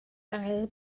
ail